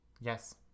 yes